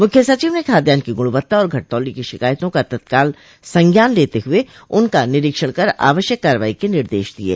मुख्य सचिव ने खाद्यान की गुणवत्ता और घटतौली की शिकायतों का तत्काल संज्ञान लेते हुए उनका निरीक्षण कर आवश्यक कार्रवाई के निर्देश दिये